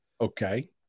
Okay